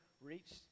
reached